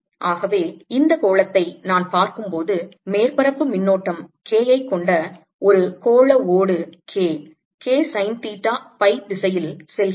ஆகவே இந்த கோளத்தை நான் பார்க்கும்போது மேற்பரப்பு மின்னோட்டம் K ஐக் கொண்ட ஒரு கோள ஓடு K K sine theta pi திசையில் செல்கிறது